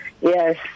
Yes